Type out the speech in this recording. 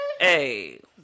Hey